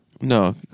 No